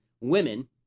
women